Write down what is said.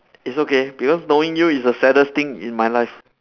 it's okay because knowing you is the saddest thing in my life